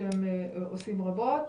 מיכל,